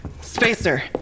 Spacer